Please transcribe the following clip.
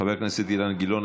חבר הכנסת אילן גילאון.